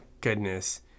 goodness